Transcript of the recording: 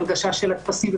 הנגשה של הטפסים,